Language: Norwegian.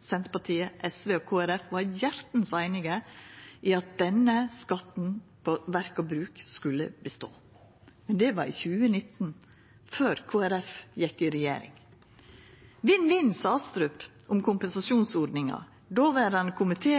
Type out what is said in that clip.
Senterpartiet, SV og Kristeleg Folkeparti var hjartans einige om at denne skatten på verk og bruk skulle bestå. Men det var i 2019, før Kristeleg Folkeparti gjekk i regjering. Vinn-vinn, sa Astrup om kompensasjonsordninga. Dåverande